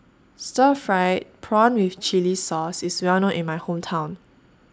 Stir Fried Prawn with Chili Sauce IS Well known in My Hometown